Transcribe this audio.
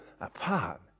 apart